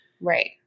right